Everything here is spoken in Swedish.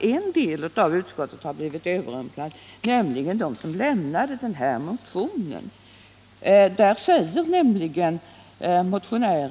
en del av utskottets ledamöter att ha blivit överrumplade, nämligen de som har undertecknat motionen 1234.